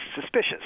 suspicious